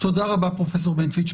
תודה רבה, פרופ' בנטואיץ.